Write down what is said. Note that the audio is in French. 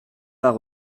pas